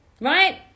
right